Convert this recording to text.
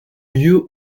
lieu